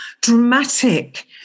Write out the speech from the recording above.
dramatic